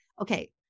okay